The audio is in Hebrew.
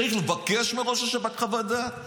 צריך לבקש מראש השב"כ חוות דעת?